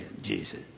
Jesus